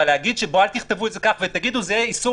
אבל להגיד אל תכתבו את זה כך ותגידו זה איסור